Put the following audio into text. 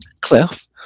Cliff